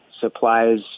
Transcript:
supplies